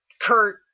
Kurt